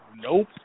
nope